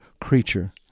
creature